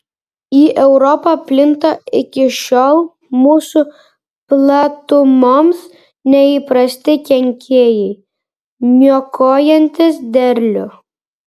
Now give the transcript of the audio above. į europą plinta iki šiol mūsų platumoms neįprasti kenkėjai niokojantys derlių